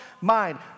mind